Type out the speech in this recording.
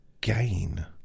...gain